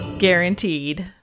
guaranteed